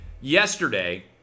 Yesterday